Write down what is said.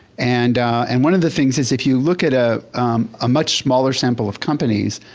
and and one of the things is, if you look at a ah much smaller sample of companies,